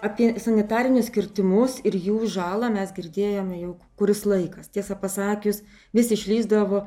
apie sanitarinius kirtimus ir jų žalą mes girdėjome jau kuris laikas tiesa pasakius vis išlįsdavo